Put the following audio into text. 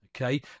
Okay